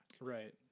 Right